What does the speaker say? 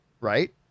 Right